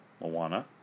Moana